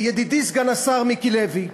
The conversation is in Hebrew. ידידי סגן השר מיקי לוי,